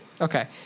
Okay